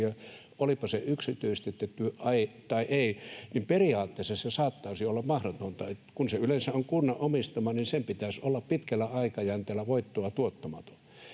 olipa se yksityistetty tai ei. Periaatteessa se saattaisi olla mahdollista, että kun se yleensä on kunnan omistama, niin sen pitäisi olla pitkällä aikajänteellä voittoa tuottamaton.